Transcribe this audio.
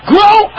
Grow